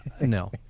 No